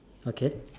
okay